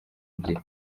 ebyiri